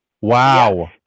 Wow